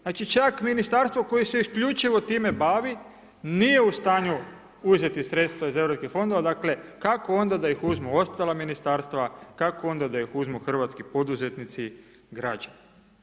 Znači čak Ministarstvo koje se isključivo time bavi, nije u stanju uzeti sredstva iz europskih fondova, dakle, kako onda da ih uzmu ostala Ministarstva, kako onda da ih uzmu hrvatski poduzetnici, građani?